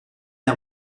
air